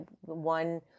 one